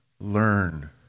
learn